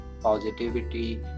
positivity